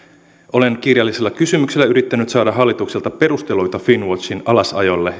olen kirjallisella kysymyksellä yrittänyt saada hallitukselta perusteluita finnwatchin alasajolle